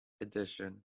edition